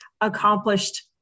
accomplished